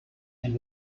and